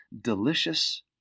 delicious